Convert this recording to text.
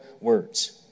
words